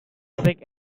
sick